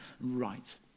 right